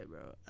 bro